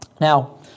Now